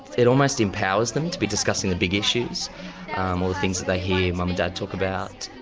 it almost empowers them to be discussing the big issues um or the things that they hear mum and dad talk about.